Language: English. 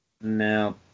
No